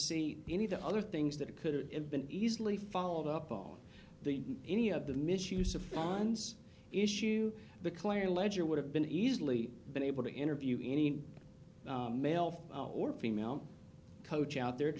see any of the other things that could have been easily followed up on the any of the misuse of funds issue the clear ledger would have been easily been able to interview any male or female coach out there